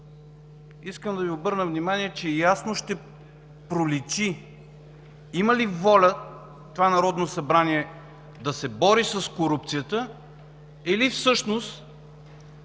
искам да Ви обърна внимание, че ясно ще проличи има ли воля това Народно събрание да се бори с корупцията, или всъщност